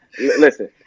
listen